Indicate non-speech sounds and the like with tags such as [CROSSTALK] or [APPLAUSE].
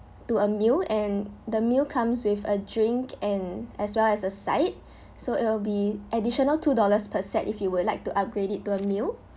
to a meal and the meal comes with a drink and as well as a side [BREATH] so it'll be additional two dollars per set if you would like to upgrade it to a meal